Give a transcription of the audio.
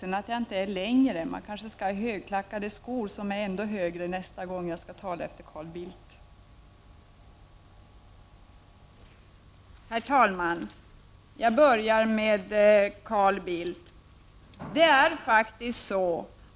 Herr talman! Jag börjar med Carl Bildt. Det är klart